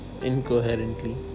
incoherently